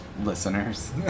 Listeners